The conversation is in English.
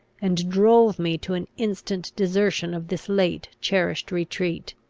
and drove me to an instant desertion of this late cherished retreat.